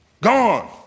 gone